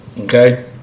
okay